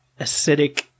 acidic